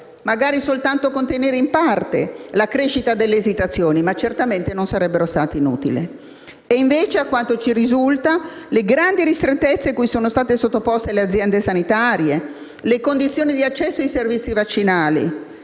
magari soltanto in parte, la crescita delle esitazioni, ma certamente non sarebbero state inutili. E invece, a quanto ci risulta, le grandi ristrettezze cui sono state sottoposte le aziende sanitarie e le condizioni di accesso ai servizi vaccinali,